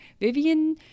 Vivian